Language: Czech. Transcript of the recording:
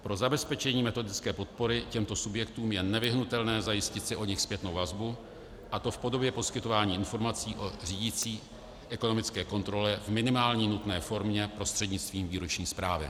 Pro zabezpečení metodické podpory těmto subjektům je nevyhnutelné zajistit si od nich zpětnou vazbu, a to v podobě poskytování informací o řídicí ekonomické kontrole v minimální nutné formě prostřednictvím výroční zprávy.